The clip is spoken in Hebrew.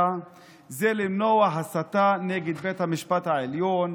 זה למנוע הסתה נגד בית המשפט העליון,